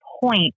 point